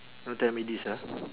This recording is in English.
don't tell me this ah